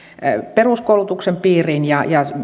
peruskoulutuksen piiriin ja ja